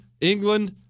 England